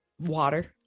water